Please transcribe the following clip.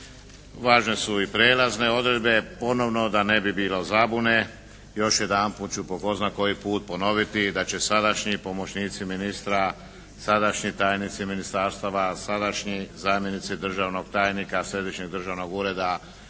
Važne su i prijelazne odredbe. Ponovno da ne bi bilo zabune još jedanput ću po ne znam koji put ponoviti da će sadašnji pomoćnici ministra, sadašnji tajnici ministarstava, sadašnji zamjenici državnog tajnika središnjeg državnog ureda